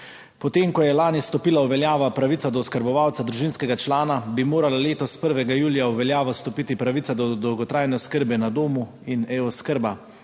Potem ko je lani stopila v veljavo pravica do oskrbovalca družinskega člana, bi morala letos 1. julija v veljavo stopiti pravica do dolgotrajne oskrbe na domu in e-oskrba,